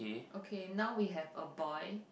okay now we have a boy